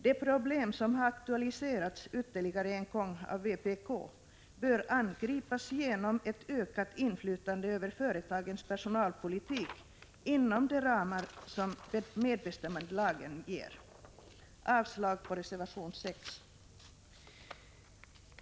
De problem som har aktualiserats ytterligare en gång av vpk bör angripas genom ett ökat inflytande över företagens personalpolitik inom de ramar som medbestämmandelagen ger. Jag yrkar avslag på reservation 6.